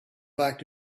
back